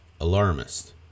alarmist